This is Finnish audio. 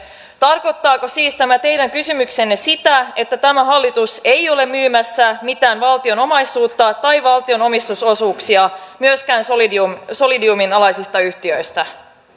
tarkoittaako siis tämä teidän kysymyksenne sitä että tämä hallitus ei ole myymässä mitään valtion omaisuutta tai valtion omistusosuuksia myöskään solidiumin solidiumin alaisista yhtiöistä